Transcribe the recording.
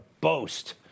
boast